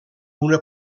una